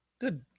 Good